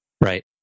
Right